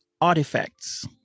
artifacts